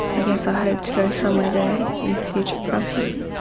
i guess i hope to go somewhere there in future prospects.